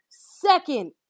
Second